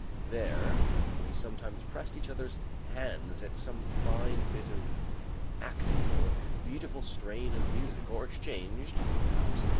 there, we sometimes pressed each other's hands at some fine bit of acting or beautiful strain of music, or exchanged, perhaps,